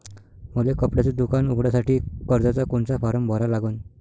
मले कपड्याच दुकान उघडासाठी कर्जाचा कोनचा फारम भरा लागन?